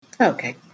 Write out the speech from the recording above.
Okay